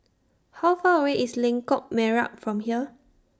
How Far away IS Lengkok Merak from here